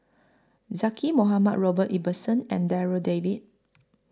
Zaqy Mohamad Robert Ibbetson and Darryl David